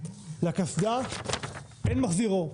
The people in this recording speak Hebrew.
לקסדה אין מחזיר אור.